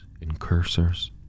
incursors